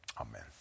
Amen